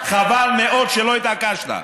חבל מאוד שלא התעקשת.